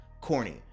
corny